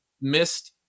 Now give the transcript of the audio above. missed